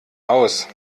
aus